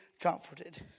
comforted